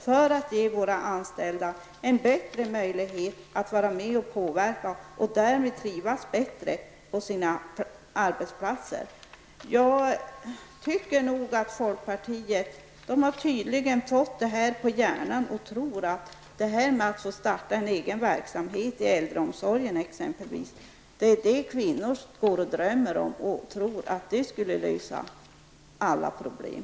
Vi vill ge våra anställda en bättre möjlighet att vara med och påverka och därmed trivas bättre på sina arbetsplatser. Folkpartiet har tydligen fått det här på hjärnan och tror att kvinnor går och drömmer om att få starta en egen verksamhet i exempelvis äldreomsorgen. Man tror tydligen att det skulle lösa alla problem.